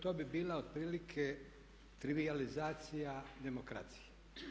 To bi bila otprilike trivijalizacija demokracije.